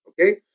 Okay